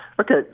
okay